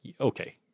okay